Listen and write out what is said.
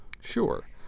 Sure